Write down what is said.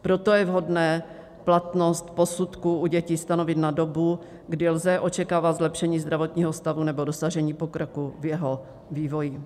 Proto je vhodné platnost posudků u dětí stanovit na dobu, kdy lze očekávat zlepšení zdravotního stavu nebo dosažení pokroku v jeho vývoji.